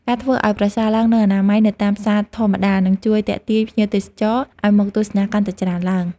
ការធ្វើឱ្យប្រសើរឡើងនូវអនាម័យនៅតាមផ្សារធម្មតានឹងជួយទាក់ទាញភ្ញៀវទេសចរឱ្យមកទស្សនាកាន់តែច្រើនឡើង។